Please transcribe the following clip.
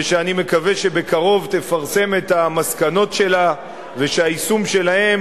ואני מקווה שבקרוב תפרסם את המסקנות שלה ושהיישום שלהן